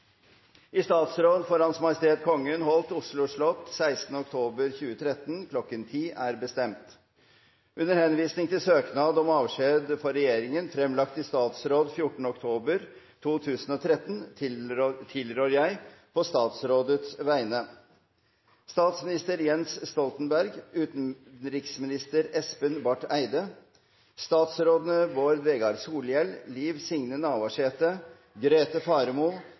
I statsråd for Hans Majestet Kongen holdt på Oslo slott 16. oktober 2013 kl. 1000 er bestemt: Under henvisning til søknad om avskjed for Regjeringen fremlagt i statsråd 14. oktober 2013 tilrår jeg på statsrådets vegne: Statsminister Jens Stoltenberg, utenriksminister Espen Barth Eide, statsrådene Bård Vegar Solhjell, Liv Signe Navarsete, Grete Faremo,